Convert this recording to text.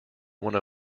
one